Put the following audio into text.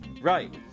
Right